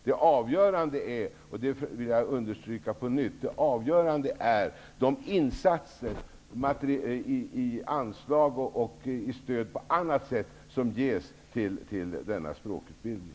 Det avgörande är -- det vill jag understryka på nytt -- de insatser i form av anslag och stöd på annat sätt som ges till denna språkutbildning.